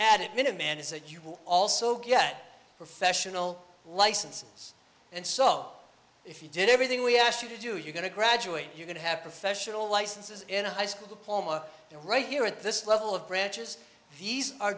added minuteman is that you will also get professional licenses and saw if you did everything we asked you to do you're going to graduate you're going to have professional licenses and a high school diploma and right here at this level of branches these are